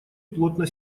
плотно